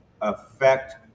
affect